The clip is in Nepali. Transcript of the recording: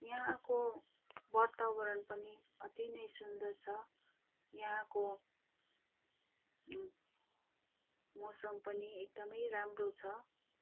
यहाँको वातावरण पनि अति नै सुन्दर छ यहाँको मौसम पनि एकदमै राम्रो छ